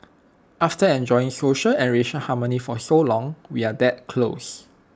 after enjoying social and racial harmony for so long we are that close